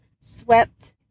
swept